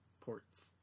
ports